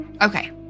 Okay